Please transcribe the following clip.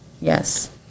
Yes